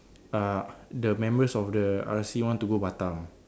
uh the members of the R_C want to go Batam